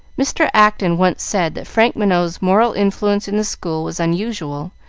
mr. acton once said that frank minot's moral influence in the school was unusual,